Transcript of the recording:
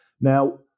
Now